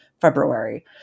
February